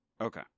Okay